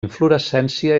inflorescència